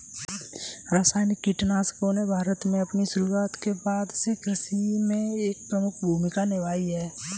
रासायनिक कीटनाशकों ने भारत में अपनी शुरूआत के बाद से कृषि में एक प्रमुख भूमिका निभाई है